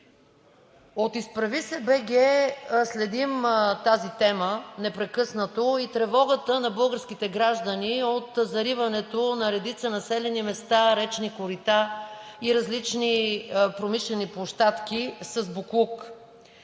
Ние идваме!“ следим тази тема непрекъснато и тревогата на българските граждани от зариването на редица населени места, речни корита и различни промишлени площадки с боклук.